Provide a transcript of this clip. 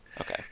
Okay